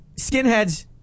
Skinheads